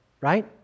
Right